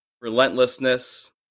relentlessness